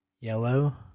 yellow